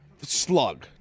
Slug